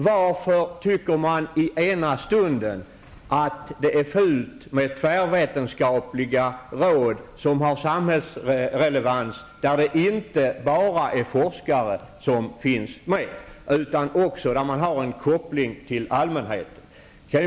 Varför tycker man i ena stunden att det är fult med tvärvetenskapliga råd som har samhällsrelevans och där inte bara forskare är representerade utan där man också har en koppling till allmänheten?